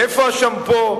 ואיפה השמפו?